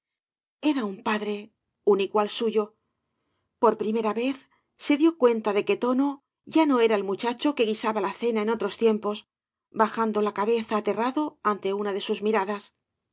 era un padre un igual suyo por primera vez ee dio cuenta de que tono ya no era el muchacho que guisaba la cena en otros tiempos bajando la cabeza aterrado ante una de sus miradas